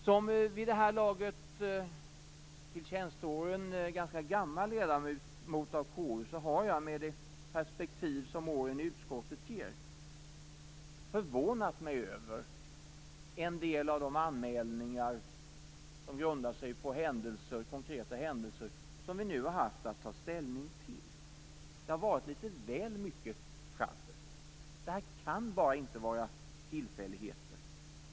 Som vid det här laget till tjänsteåren ganska gammal ledamot av KU har jag, med det perspektiv som åren i utskottet ger, förvånat mig över en del av de anmälningar som grundar sig på konkreta händelser, som vi nu har haft att ta ställning till. Det har varit litet väl mycket sjabbel. Det kan inte bara vara tillfälligheter.